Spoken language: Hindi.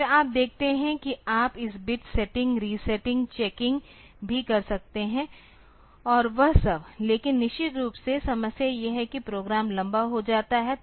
फिर आप देखते हैं कि आप इस बिट सेटिंग रीसेट चेकिंग भी कर सकते हैं और वह सब लेकिन निश्चित रूप से समस्या यह है कि प्रोग्राम लंबा हो जाता है